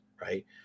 right